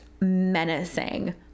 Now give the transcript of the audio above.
menacing